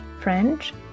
French